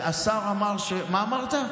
השר אמר, מה אמרת?